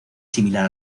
similar